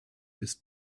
bis